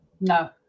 No